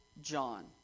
John